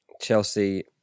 Chelsea